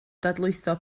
dadlwytho